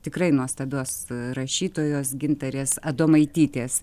tikrai nuostabios rašytojos gintarės adomaitytės